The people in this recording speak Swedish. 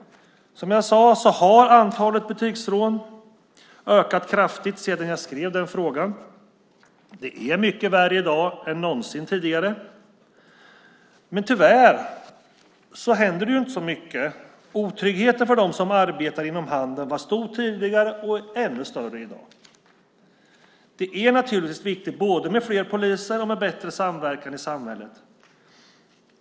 Som jag sade har antalet butiksrån ökat kraftigt sedan jag skrev min fråga. Det är mycket värre i dag än någonsin tidigare. Men tyvärr händer det inte så mycket. Otryggheten för dem som arbetar inom handeln var stor tidigare och är ännu större i dag. Det är naturligtvis viktigt både med fler poliser och med bättre samverkan i samhället.